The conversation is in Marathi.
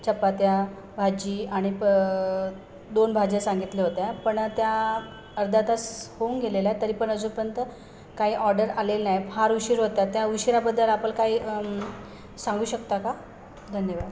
चपात्या भाजी आणि प दोन भाज्या सांगितल्या होत्या पण त्या अर्धा तास होऊन गेलेल्या तरी पण अजूनपर्यंत काही ऑर्डर आलेलं नाही फार उशीर होत आहे त्या उशिराबद्दल आपलं काही सांगू शकता का धन्यवाद